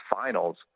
Finals